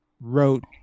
wrote